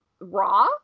raw